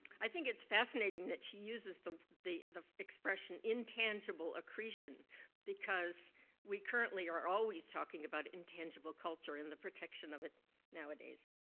i think it's fascinating that she uses the the the expression intangible accretion because we currently are always talking about intangible culture and the protection of it nowadays.